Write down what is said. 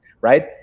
right